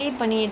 mm